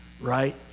right